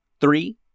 three